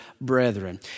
brethren